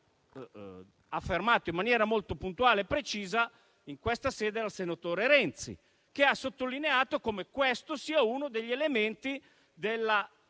è stato affermato in maniera molto puntuale e precisa in questa sede dal senatore Renzi, il quale ha sottolineato come questo sia uno degli elementi della